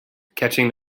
catching